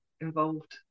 involved